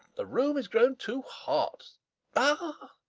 the room is grown too hot ah,